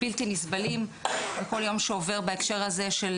בלתי נסבלים וכל יום שעובר בהקשר הזה של